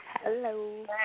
Hello